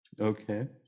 okay